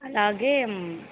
అలాగే